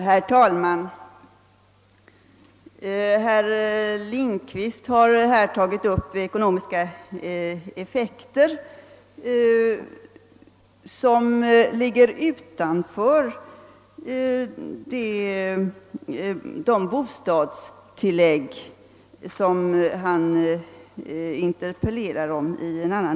Herr talman! Herr Lindkvist har här tagit upp sådana ekonomiska effekter som ligger utanför de bostadstillägg som han interpellerade om.